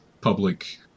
public